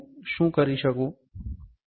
09નું શું કરી શકું